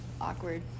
awkward